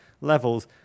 levels